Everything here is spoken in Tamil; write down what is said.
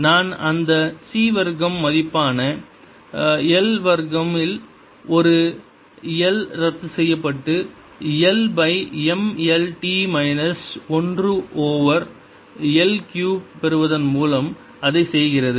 நான் அந்த c வர்க்கம் மதிப்பான l வர்க்கம் இல் ஒரு l ரத்துசெய்யப்பட்டு l பை m l t மைனஸ் ஒன்று ஓவர் l க்யூப் பெறுவதன் மூலம் அதை செய்கிறது